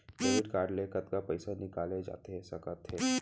Debit card ले कतका पइसा निकाले जाथे सकत हे?